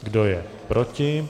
Kdo je proti?